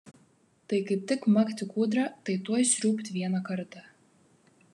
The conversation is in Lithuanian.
tai kaip tik makt į kūdrą tai tuoj sriūbt vieną kartą